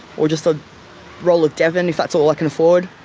or just a roll of devon if that's all i can afford.